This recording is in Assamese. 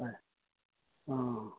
হয় অঁ